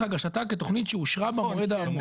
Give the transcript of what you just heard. הגשתה כתכנית שאושרה במועד האמור".